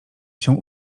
się